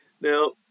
Now